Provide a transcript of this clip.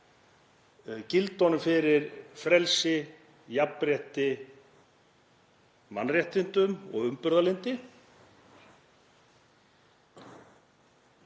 gildi fyrir frelsi, jafnrétti, mannréttindum og umburðarlyndi.